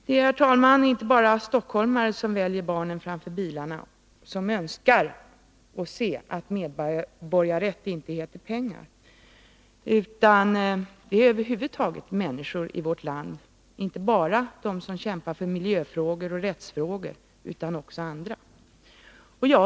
Det är, herr talman, inte bara stockholmare som väljer barnen framför bilarna och som önskar få se att medborgarrätt inte heter pengar. Det är inte bara människor som kämpar för miljöfrågor och rättsfrågor utan också många andra.